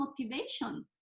motivation